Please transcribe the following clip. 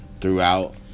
throughout